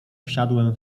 wsiadłem